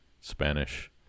Spanish